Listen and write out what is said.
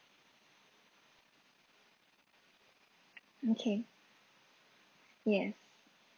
okay yes